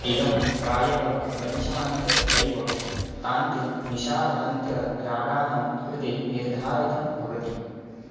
इदं प्रायः पञ्चमान्त्य दैवतान्त्य निषाधान्त्यरागाणां कृते निर्धारितं भवति